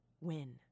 win